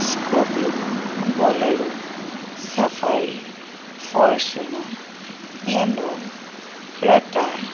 scorpio bolero safari Fortuner venue Creta